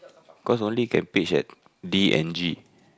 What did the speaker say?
cause only can pitch at D and G